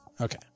Okay